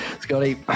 Scotty